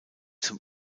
zum